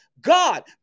God